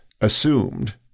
assumed